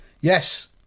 Yes